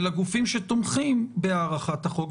של הגופים שתומכים בהארכת החוק,